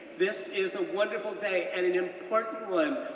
this is a wonderful day, and an important one,